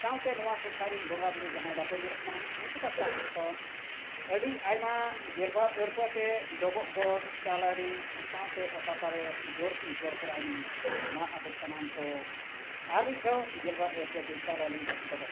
ᱥᱟᱶᱛᱮ ᱱᱚᱣᱟ ᱴᱚᱴᱷᱟᱨᱤᱱ ᱵᱚᱸᱜᱟ ᱵᱩᱨᱩ ᱡᱟᱦᱟᱸᱭ ᱵᱟᱠᱚ ᱧᱮᱞᱚᱜ ᱠᱟᱱᱟ ᱩᱱᱠᱩ ᱯᱟᱥᱴᱟ ᱥᱮᱡ ᱠᱷᱚᱱ ᱟᱹᱰᱤ ᱟᱭᱢᱟ ᱜᱮᱞᱵᱟᱨ ᱟᱹᱨᱯᱟᱹᱛᱮ ᱰᱚᱵᱚᱜ ᱜᱚᱰ ᱪᱟᱼᱞᱟᱞᱤᱧ ᱥᱟᱶᱛᱮ ᱚᱛᱟ ᱛᱟᱵᱮᱨ ᱡᱚᱲᱛᱤ ᱡᱚᱲ ᱯᱚᱨᱟᱭᱱᱤ ᱢᱟ ᱟᱯᱮ ᱥᱟᱱᱟᱢ ᱠᱚ ᱟᱨ ᱢᱤᱫ ᱫᱷᱟᱣ ᱜᱮᱞᱵᱟᱨ ᱟᱹᱨᱯᱟᱹᱛᱮ ᱪᱟᱼᱞᱟᱞᱤᱧ ᱰᱚᱵᱚᱜ ᱜᱚᱰ